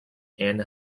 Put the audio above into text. anne